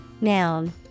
Noun